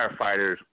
firefighters